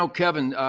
so kevin,